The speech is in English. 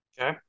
Okay